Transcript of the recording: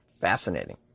Fascinating